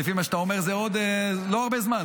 לפי מה שאתה אומר זה לא עוד הרבה זמן,